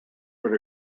will